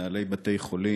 מנהלי בתי-חולים,